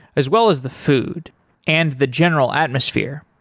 as well as the food and the general atmosphere.